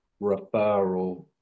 referral